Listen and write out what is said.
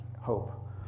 hope